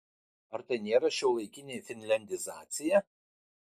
ar tai nėra šiuolaikinė finliandizacija